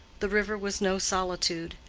the river was no solitude.